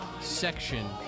section